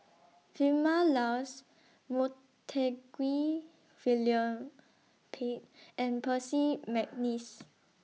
Vilma Laus Montague William Pett and Percy Mcneice